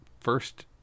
first